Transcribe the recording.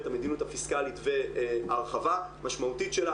המדיניות הפיסקלית והרחבה משמעותית שלה,